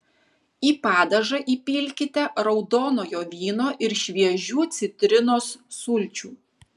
į padažą įpilkite raudonojo vyno ir šviežių citrinos sulčių